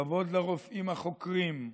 כבוד לרופאים החוקרים,